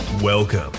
Welcome